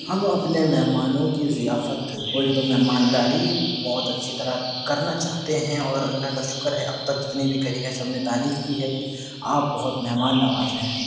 ہم اپنے مہمانوں کی ضیافت بولے تو مہمانداری بہت اچھی طرح کرنا چاہتے ہیں اور اللہ کا شکر ہے اب تک جتنی بھی کری ہے سب نے تعریف کی ہے کہ آپ بہت مہمان نواز ہیں